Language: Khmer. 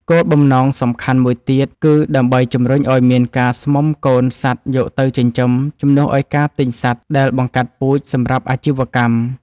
គោលបំណងសំខាន់មួយទៀតគឺដើម្បីជម្រុញឱ្យមានការស្មុំកូនសត្វយកទៅចិញ្ចឹមជំនួសឱ្យការទិញសត្វដែលបង្កាត់ពូជសម្រាប់អាជីវកម្ម។